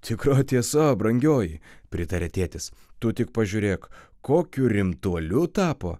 tikra tiesa brangioji pritarė tėtis tu tik pažiūrėk kokiu rimtuoliu tapo